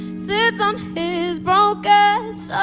sits on his broke ah so